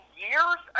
years